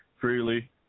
freely